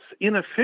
inefficient